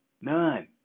None